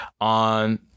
on